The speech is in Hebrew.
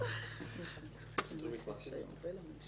אומרת,